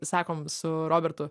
sakom su robertu